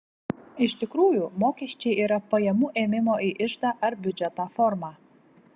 iš tikrųjų mokesčiai yra pajamų ėmimo į iždą ar biudžetą forma